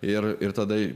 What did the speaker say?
ir ir tada